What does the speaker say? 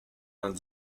vingt